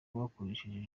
bakoresheje